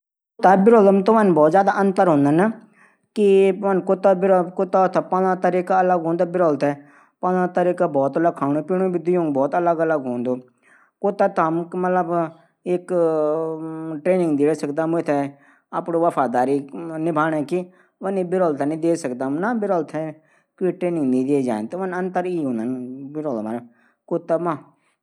कुता आमतौर पर बिरूलों से बडा हूंदा। बिरलों की पूंछ लंबी और पतली हूंदी जबकि कुतों पूछ अलग अलग आकार हूंदा। बिरूलों कंदूड तेज और त्रिकोण मा हूंदा वखि कुतों कदूड कई प्रकार हूंदा। बिरला अकेला रैण पंसद करदन ऊ और जानवरों दगड बहुत कम रैंदन। जबकि कुता सामाजिक हूंदन ऊ अन्य जानवरों दगड समय बिताण पंसद करदन